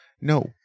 No